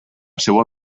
seua